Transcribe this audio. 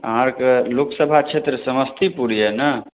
अहाँकेँ लोकसभा क्षेत्र समस्तीपुर यऽ ने